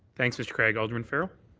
thanks, mr. craig. alderman farrell?